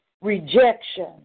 rejection